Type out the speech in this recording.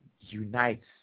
unites